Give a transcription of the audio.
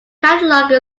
catalogue